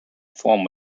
form